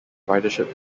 ridership